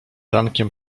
rankiem